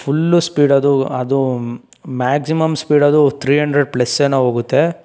full speed ಅದು ಅದು maximum speed ಅದು ಥ್ರೀ ಅಂಡ್ರೆಡ್ ಪ್ಲಸ್ ಏನೋ ಹೋಗುತ್ತೆ